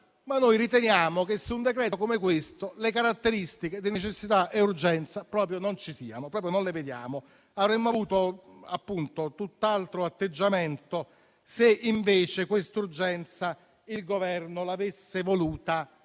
ma noi riteniamo che su un decreto-legge come questo le caratteristiche di necessità e urgenza proprio non ci siano, proprio non le vediamo. Avremmo avuto tutt'altro atteggiamento se, invece, questa urgenza il Governo l'avesse voluta